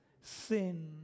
sin